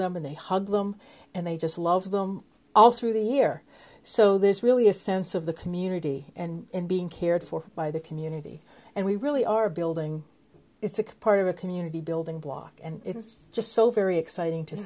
them and they hug them and they just love them all through the year so there's really a sense of the community and being cared for by the community and we really are building it's a part of a community building block and it's just so very exciting to